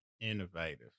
Innovative